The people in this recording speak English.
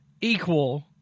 equal